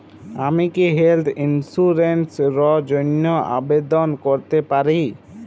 আমি কি health insurance র জন্য আবেদন করতে পারি?